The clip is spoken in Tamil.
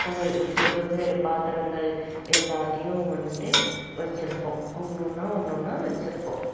வெ வெச்சு வெவ்வேறு பாத்திரங்கள் எல்லாத்தையும் வந்துட்டு வெச்சுருப்போம் ஒன்று ஒன்றா ஒன்று ஒன்றா வெச்சுருப்போம்